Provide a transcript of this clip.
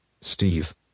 Steve